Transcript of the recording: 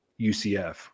UCF